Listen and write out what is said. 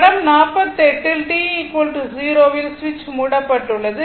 படம் 48 இல் t 0 இல் சுவிட்ச் மூடப்பட்டுள்ளது